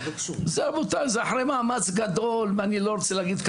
זה עמותה זה אחרי מאמץ גדול ואני לא רוצה להגיד,